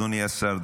אדוני השר,